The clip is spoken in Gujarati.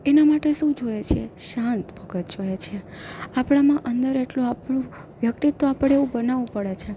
એના માટે શું જોઈએ સે શાંત મગજ જોઈએ છે આપણામાં અંદર એટલો આપણો વ્યક્તિત્વ આપણે એવું બનાવું પડે છે